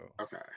Okay